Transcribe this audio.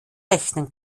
rechnen